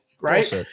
Right